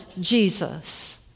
Jesus